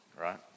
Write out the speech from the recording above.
right